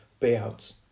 payouts